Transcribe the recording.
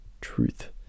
truth